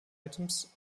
items